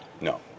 No